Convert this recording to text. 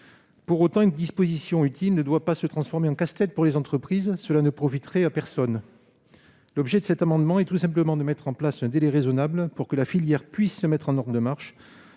Pour autant, une disposition utile ne doit pas se transformer en casse-tête pour les entreprises : cela ne profiterait à personne. L'objet de cet amendement est donc tout simplement de mettre en oeuvre un délai raisonnable, pour que la filière puisse se mettre en ordre de marche.